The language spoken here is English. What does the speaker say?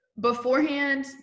beforehand